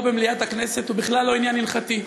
במליאת הכנסת זה בכלל לא עניין הלכתי.